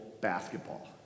basketball